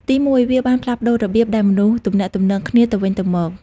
ទីមួយ វាបានផ្លាស់ប្តូររបៀបដែលមនុស្សទំនាក់ទំនងគ្នាទៅវិញទៅមក។